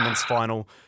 final